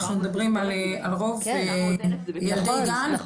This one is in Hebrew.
אנחנו מדברים על רוב ילדי גן -- נכון,